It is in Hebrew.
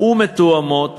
ומתואמות